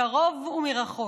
מקרוב ומרחוק.